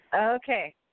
Okay